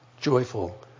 joyful